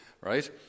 right